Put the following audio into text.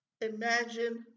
Imagine